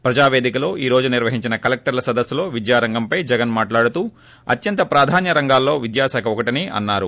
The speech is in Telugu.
ప్రజావేదికోలో ఈ రోజు నిర్వహించిన కలెక్షర్ల సదస్సులో విద్యారంగంపై జగన్ మాట్లాడుతూ అత్యంత ప్రాధాన్య రంగాల్లో విద్యాశాఖ ఒకటిని అన్నారు